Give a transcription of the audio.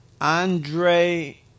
Andre